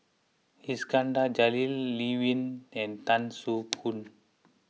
Iskandar Jalil Lee Wen and Tan Soo Khoon